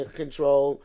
control